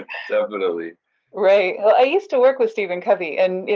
definitely. right, well i used to work with stephen covey and